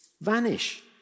vanish